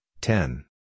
ten